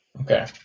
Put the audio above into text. Okay